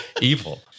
evil